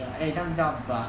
eh you can't tell people ah